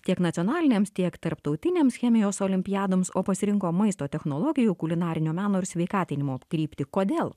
tiek nacionalinėms tiek tarptautinėms chemijos olimpiadoms o pasirinko maisto technologijų kulinarinio meno ir sveikatinimo kryptį kodėl